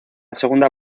segunda